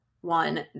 one